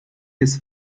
his